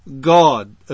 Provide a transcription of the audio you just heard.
God